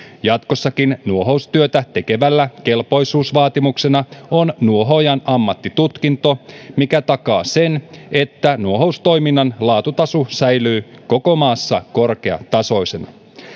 jatkossakin nuohoustyötä tekevällä kelpoisuusvaatimuksena on nuohoojan ammattitutkinto mikä takaa sen että nuohoustoiminnan laatutaso säilyy koko maassa korkeatasoisena